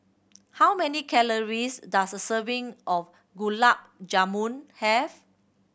how many calories does a serving of Gulab Jamun have